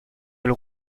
elle